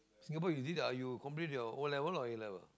Singapore is it ah you complete your O-level or A-level